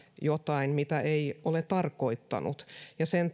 jotain mitä ei ole tarkoittanut sen